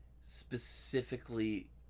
specifically